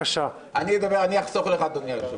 אני אחסוך לך, אדוני היושב-ראש.